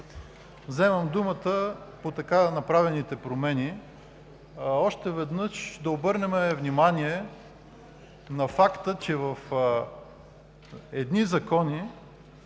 Вземам думата по така направените промени и още веднъж да обърнем внимание на факта, че в измененията